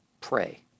pray